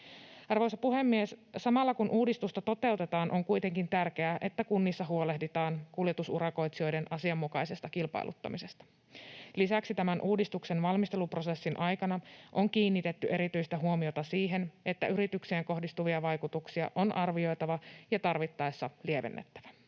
Arvoisa puhemies! Samalla kun uudistusta toteutetaan, on kuitenkin tärkeää, että kunnissa huolehditaan kuljetusurakoitsijoiden asianmukaisesta kilpailuttamisesta. Lisäksi tämän uudistuksen valmisteluprosessin aikana on kiinnitetty erityistä huomiota siihen, että yrityksiin kohdistuvia vaikutuksia on arvioitava ja tarvittaessa lievennettävä.